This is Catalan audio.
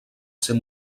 ser